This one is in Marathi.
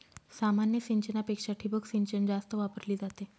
सामान्य सिंचनापेक्षा ठिबक सिंचन जास्त वापरली जाते